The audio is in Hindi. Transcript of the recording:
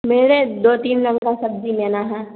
मेरे दो तीन का सब्जी लेना है